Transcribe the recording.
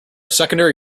secondary